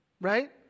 right